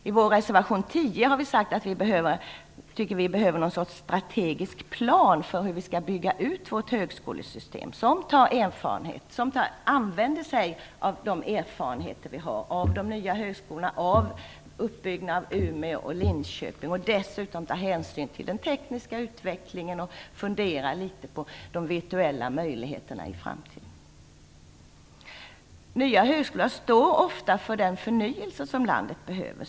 Vi har i vår reservation 10 framhållit att vi tycker att det behövs någon sorts strategisk plan för hur vårt högskolesystem skall byggas ut, varvid man använder sig av de erfarenheter som vi har av de nya högskolornas uppbyggnad i Umeå och Linköping och som dessutom tar hänsyn till den tekniska utvecklingen och funderar litet på de visuella möjligheterna i framtiden. Nya högskolor står ofta för den förnyelse som landet behöver.